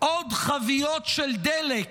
עוד חביות של דלק